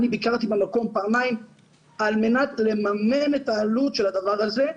אני ביקרתי במקום פעמיים על מנת לממן את העלות של הדבר הזה,